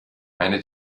meine